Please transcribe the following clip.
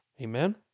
Amen